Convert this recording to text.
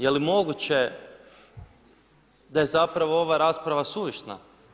Je li moguće da je zapravo ova rasprava suvišna?